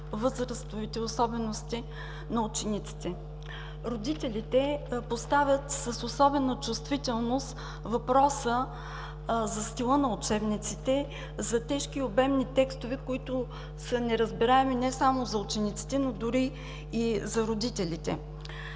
възрастовите особености на учениците. Родителите поставят с особена чувствителност въпроса за стила на учебниците, за тежки и обемни текстове, които са неразбираеми не само за учениците, но дори и за родителите.